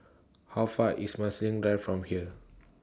How Far IS Marsiling Drive from here